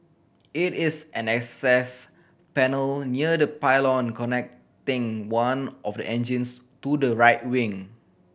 it is an access panel near the pylon connecting one of the engines to the right wing